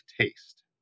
taste